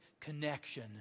connection